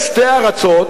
יש שתי ארצות,